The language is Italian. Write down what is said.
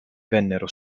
vennero